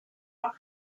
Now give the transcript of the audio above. are